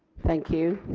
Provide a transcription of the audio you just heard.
thank you.